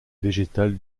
végétal